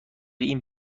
این